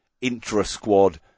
intra-squad